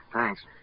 Thanks